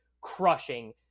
crushing